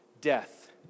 death